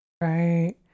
Right